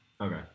Okay